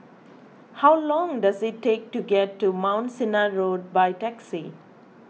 how long does it take to get to Mount Sinai Road by taxi